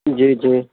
जी जी